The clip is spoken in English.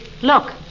Look